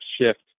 shift